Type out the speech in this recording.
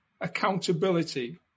accountability